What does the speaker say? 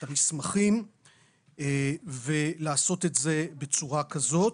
את המסמכים ולעשות את זה בצורה כזאת.